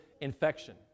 infection